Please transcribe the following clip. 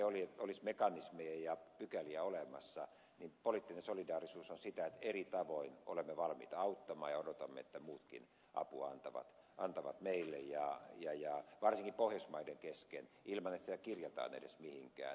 vaikkei olisi mekanismeja ja pykäliä olemassa poliittinen solidaarisuus on sitä että eri tavoin olemme valmiit auttamaan ja odotamme että muutkin apua antavat meille varsinkin pohjoismaiden kesken ilman että sitä kirjataan edes mihinkään